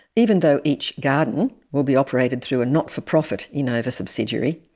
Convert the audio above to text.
even though each garden will be operated through a not-for-profit enova subsidiary,